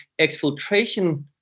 exfiltration